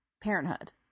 Parenthood